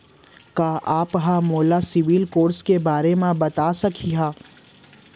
का आप हा मोला सिविल स्कोर के बारे मा बता सकिहा?